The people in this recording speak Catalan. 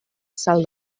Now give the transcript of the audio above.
sal